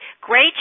great